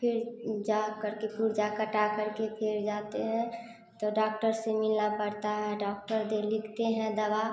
फिर जाकर के पुर्जा कटाकर के फिर जाते हैं तो डाक्टर से मिलना पड़ता है डाक्टर दे लिखते हैं दवा